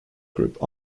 group